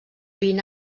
vint